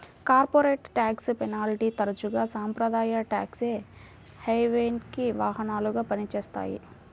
corporate tax హెవెన్ని తరచుగా సాంప్రదాయ ట్యేక్స్ హెవెన్కి వాహనాలుగా పనిచేస్తాయి